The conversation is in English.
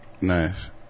Nice